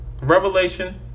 Revelation